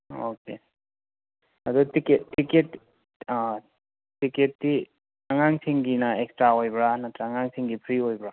okay ꯑꯗꯣ ticket ticket ꯇꯤꯛꯀꯦꯠꯇꯤ ꯑꯉꯥꯡꯁꯤꯡꯒꯤꯅ ꯑꯦꯛꯁꯇ꯭ꯔꯥ ꯑꯣꯏꯕ꯭ꯔꯥ ꯅꯠꯇ꯭ꯔ ꯑꯉꯥꯡꯁꯤꯡꯒꯤꯅ ꯐ꯭ꯔꯤ ꯑꯣꯏꯕ꯭ꯔꯥ